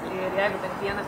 ir jeigu bent vienas